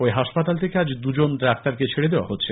ঐ হাসপাতাল থেকে আজ দুজন ডাক্তারকে ছেড়ে দেওয়া হচ্ছে